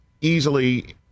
easily